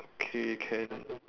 okay can